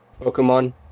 Pokemon